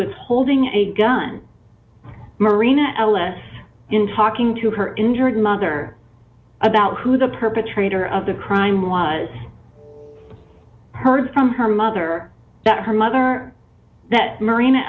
was holding a gun marina ellis in talking to her injured mother about who the perpetrator of the crime was heard from her mother that her mother that marina